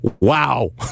Wow